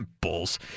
Bulls